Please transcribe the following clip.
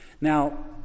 Now